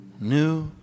new